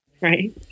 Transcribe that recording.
right